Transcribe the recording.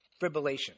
fibrillation